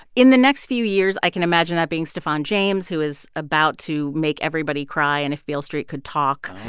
in the next few years, i can imagine that being stephan james, who is about to make everybody cry in if beale street could talk.